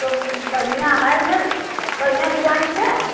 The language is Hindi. तो बढ़िया है ना बढ़िया डिजाइन से